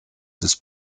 des